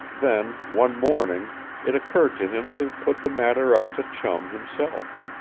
then one morning it occurred to him to put the matter up to chum himself.